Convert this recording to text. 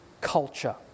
culture